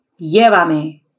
Llévame